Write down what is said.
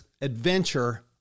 adventure